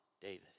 David